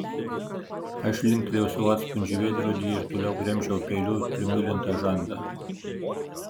aš linktelėjau savo atspindžiui veidrodyje ir toliau gremžiau peiliu primuilintą žandą